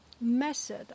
method